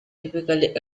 typically